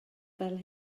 fel